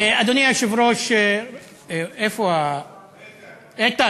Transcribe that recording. אדוני היושב-ראש, איתן,